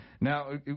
now